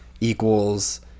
equals